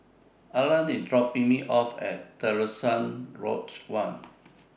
Arlan IS dropping Me off At Terusan Lodge one